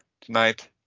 tonight